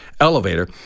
elevator